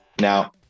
Now